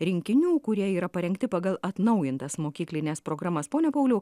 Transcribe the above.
rinkinių kurie yra parengti pagal atnaujintas mokyklines programas pone pauliau